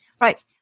Right